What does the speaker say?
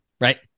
Right